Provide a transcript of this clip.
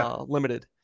limited